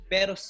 Pero